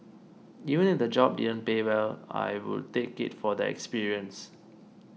even if the job didn't pay well I would take it for the experience